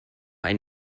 ein